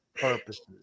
purposes